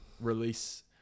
release